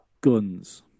Guns